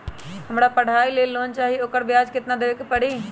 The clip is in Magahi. हमरा पढ़ाई के लेल लोन चाहि, ओकर ब्याज केतना दबे के परी?